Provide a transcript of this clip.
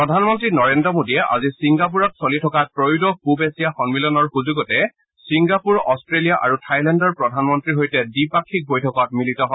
প্ৰধানমন্ত্ৰী নৰেন্দ্ৰ মোদীয়ে আজি ছিংগাপুৰত চলি থকা ত্ৰয়োদশ পুব এছিয়া সম্মিলনৰ সুযোগতে ছিংগাপুৰ অট্টেলিয়া আৰু থাইলেণ্ডৰ প্ৰধানমন্ত্ৰীৰ সৈতে দ্বি পাক্ষিক বৈঠকত মিলিত হয়